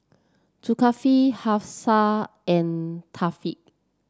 Zulkifli Hafsa and Thaqif